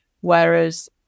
whereas